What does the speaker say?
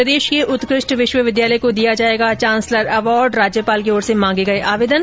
प्रदेश के उत्कृष्ट विश्वविद्यालय को दिया जाएगा चांसलर अवार्ड राज्यपाल की ओर से मांगे गए आवेदन